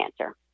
cancer